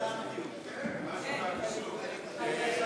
חוק נכי רדיפות הנאצים (תיקון מס' 21),